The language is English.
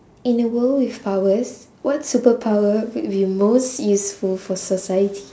in a world with powers what superpower will be most useful for society